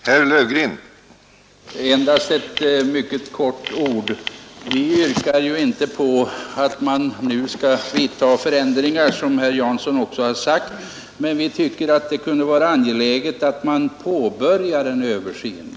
Herr talman! Endast några ord. Som herr Jansson har sagt yrkar vi reservanter inte på att man nu skall vidta ändringar, men vi tycker att det kunde vara angeläget att man påbörjar en översyn av valutalagstiftningen.